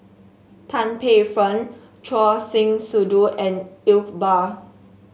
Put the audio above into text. Tan Paey Fern Choor Singh Sidhu and Iqbal